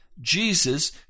Jesus